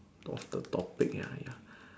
of the topic ya ya